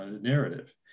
narrative